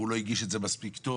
והוא לא הגיש את זה מספיק טוב.